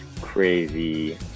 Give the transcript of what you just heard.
crazy